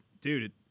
Dude